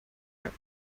are